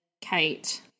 Kate